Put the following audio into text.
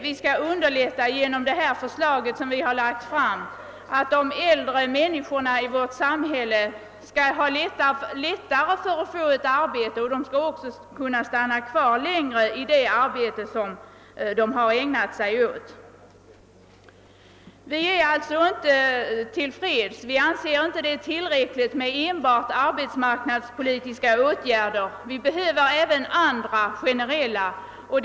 Vi vill genom det förslag vi framställt göra det lättare för de äldre i vårt samhälle att få arbete och även att stanna kvar längre i den verksamhet de ägnar sig åt. Vi anser inte att det är tillräckligt med enbart arbetsmarknadspolitiska åtgärder utan menar att det behövs även andra generella insatser.